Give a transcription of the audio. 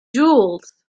jewels